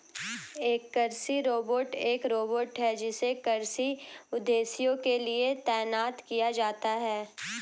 एक कृषि रोबोट एक रोबोट है जिसे कृषि उद्देश्यों के लिए तैनात किया जाता है